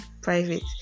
private